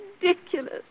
ridiculous